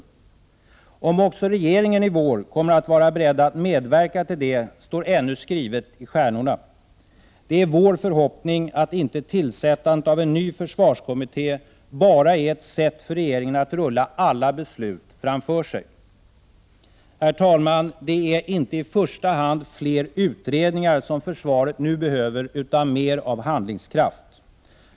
Om också regeringen i vår kommer att vara beredd att medverka till det står ännu skrivet i stjärnorna. Det är vår förhoppning att inte tillsättandet av en ny försvarskommitté bara är ett sätt för regeringen att rulla alla beslut framför sig. Herr talman! Det är inte i första hand fler utredningar som försvaret nu behöver utan mer av handlingskraft.